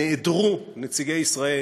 נעדרו נציגי ישראל